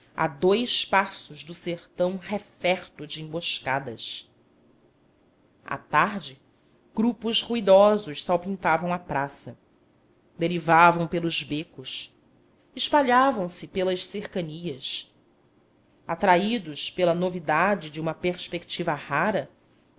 a dous passos do sertão referto de emboscadas à tarde grupos ruidosos salpintavam a praça derivavam pelos becos espalhavam-se pelas cercanias atraídos pela novidade de uma perspectiva rara